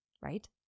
right